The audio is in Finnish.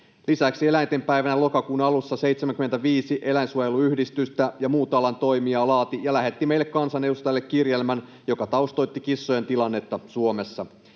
Lisäksi eläinten päivänä lokakuun alussa 75 eläinsuojeluyhdistystä ja muuta alan toimijaa laati ja lähetti meille kansanedustajille kirjelmän, joka taustoitti kissojen tilannetta Suomessa.